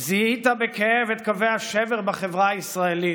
זיהית בכאב את קווי השבר בחברה הישראלית.